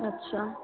अच्छा